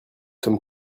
sommes